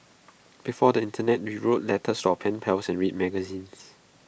before the Internet we wrote letters to our pen pals and read magazines